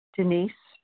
Denise